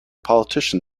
politician